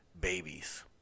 babies